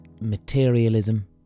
materialism